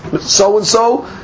so-and-so